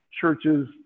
Churches